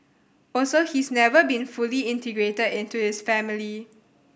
also he's never been fully integrated into his family